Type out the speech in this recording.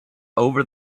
over